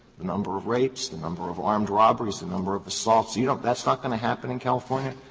the number of rapes, the number of armed robberies, the number of assaults you don't that's not going to happen in california?